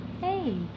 Hey